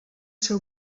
ser